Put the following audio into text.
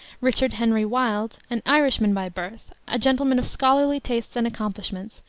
richard henry wilde, an irishman by birth, a gentleman of scholarly tastes and accomplishments,